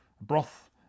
broth